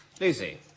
Lucy